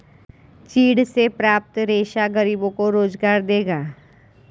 चीड़ से प्राप्त रेशा गरीबों को रोजगार देगा